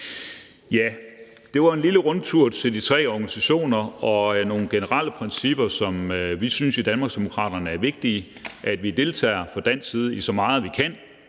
nu. Det var en lille rundtur til de tre organisationer og nogle generelle principper. Vi synes i Danmarksdemokraterne, at det er vigtigt, at vi fra dansk side deltager i så meget, vi kan,